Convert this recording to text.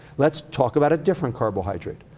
let's talk about a different carbohydrate.